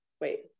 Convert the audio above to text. Wait